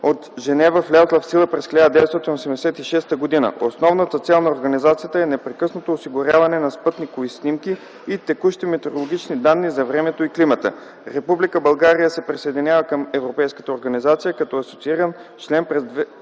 от Женева, влязла в сила през 1986 г. Основната цел на организацията е непрекъснато осигуряване на спътникови снимки и текущи метеорологични данни за времето и климата. Република България се присъединява към Европейската организация като асоцииран член през